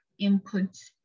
inputs